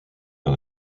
par